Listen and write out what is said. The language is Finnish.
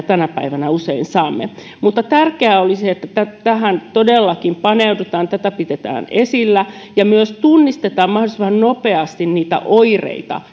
tänä päivänä usein saamme tärkeää olisi että tähän todellakin paneudutaan tätä pidetään esillä ja myös tunnistetaan mahdollisimman nopeasti niitä oireita